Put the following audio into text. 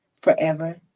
forever